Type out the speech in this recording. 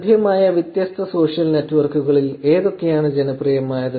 ലഭ്യമായ വ്യത്യസ്ത സോഷ്യൽ നെറ്റ്വർക്കുകൾ ഏതൊക്കെയാണ് ജനപ്രിയമായത്